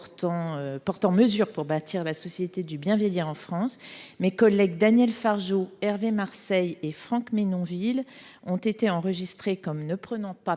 portant mesures pour bâtir la société du bien vieillir en France, mes collègues Daniel Fargeot, Hervé Marseille et Franck Menonville ont été enregistrés comme ne prenant pas